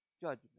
judgment